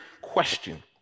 question